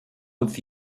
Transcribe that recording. with